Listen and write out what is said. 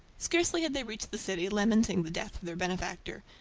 scarcely had they reached the city, lamenting the death of their benefactor,